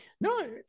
no